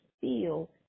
feel